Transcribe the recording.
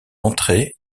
entrées